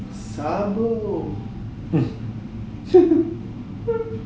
sabo sabo king